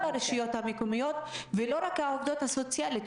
הרשויות המקומיות ולא רק העובדות הסוציאליות.